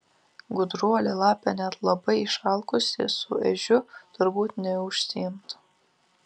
gudruolė lapė net labai išalkusi su ežiu turbūt neužsiimtų